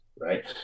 right